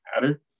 matter